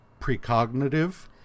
precognitive